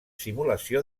simulació